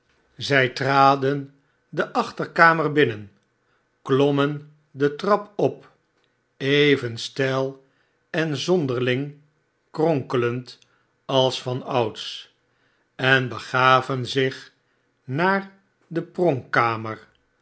zij traden de achterkamer binnen klommen de trap op even steil en zonderling kronkelend als vanouds en begaven zich naar de pronkkamer